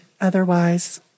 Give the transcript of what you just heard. otherwise